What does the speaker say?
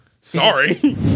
sorry